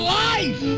life